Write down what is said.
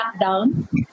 lockdown